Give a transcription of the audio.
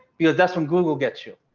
because that's when google gets you.